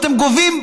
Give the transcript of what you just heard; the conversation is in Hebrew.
אתם גובים,